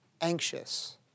anxious